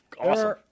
Awesome